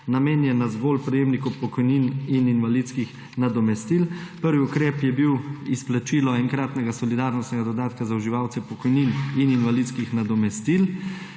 namenjena zgolj prejemnikom pokojnin in invalidskih nadomestil. Prvi ukrep je bil izplačilo enkratnega solidarnostnega dodatka za uživalce pokojnin in invalidskih nadomestil,